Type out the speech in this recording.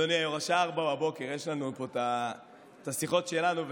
אדוני היו"ר, והשעה 04:00, יש לנו את השיחות שלנו.